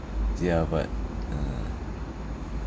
ya but uh